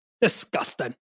Disgusting